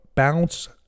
bounce